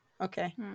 okay